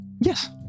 yes